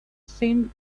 thin